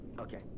Okay